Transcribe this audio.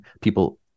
people